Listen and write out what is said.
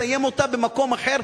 מסיים אותה במקום אחר,